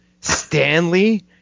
Stanley